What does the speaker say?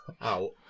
out